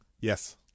Yes